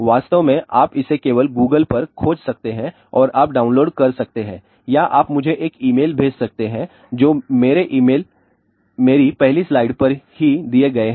वास्तव में आप इसे केवल Google पर खोज सकते हैं और आप डाउनलोड कर सकते हैं या आप मुझे एक ईमेल भेज सकते हैं और मेरे ईमेल मेरी पहली स्लाइड पर ही दिए गए हैं